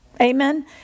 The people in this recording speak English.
Amen